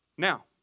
Now